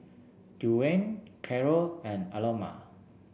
Dwyane Carroll and Aloma